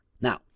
Now